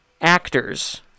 actors